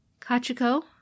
Kachiko